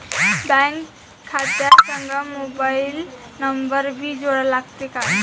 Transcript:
Bank खात्या संग mobile number भी जोडा लागते काय?